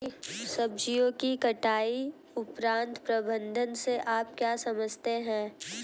सब्जियों की कटाई उपरांत प्रबंधन से आप क्या समझते हैं?